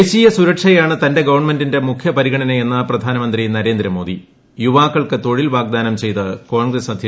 ദേശീയ സുരക്ഷയാണ് തന്റെ ഗവണ്മെന്റിന്റെ മുഖ്യപരിഗണനയെന്ന് പ്രധാനമന്ത്രി നരേന്ദ്രമോദി യുവാക്കൾക്ക് തൊഴിൽ വാഗ്ദാനം ചെയ്ത് കോൺഗ്രസ് അദ്ധ്യക്ഷൻ രാഹുൽ ഗാന്ധി